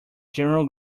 general